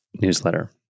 newsletter